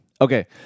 Okay